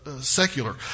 secular